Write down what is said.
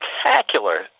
spectacular